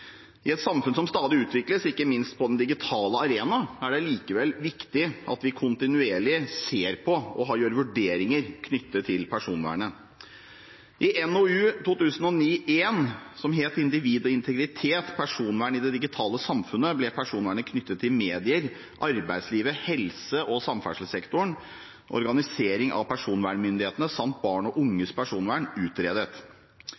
I et samfunn som stadig utvikles, ikke minst på den digitale arena, er det likevel viktig at vi kontinuerlig ser på og gjør vurderinger knyttet til personvernet. I NOU 2009: 1, som heter Individ og integritet – Personvern i det digitale samfunnet, ble personvernet knyttet til medier, arbeidslivet, helse og samferdselssektoren, organisering av personvernmyndighetene samt barn og